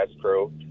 crew